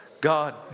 God